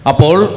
Apol